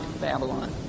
Babylon